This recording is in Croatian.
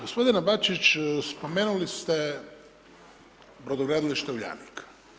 Gospodine Bačić, spomenuli ste brodogradilište Uljanik.